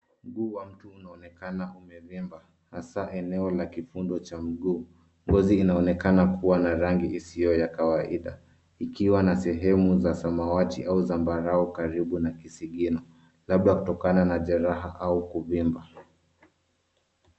Mguu wa mtu unaonekana umevimba, hasaa eneo la kifundo cha mguu. Ngozi inaonekana kuwa na rangi isiyo ya kawaida, ikiwa na sehemu za samawati au zambarau karibu na kisigino, labda kutokana na jeraha au kuvimba.